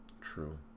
True